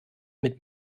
mit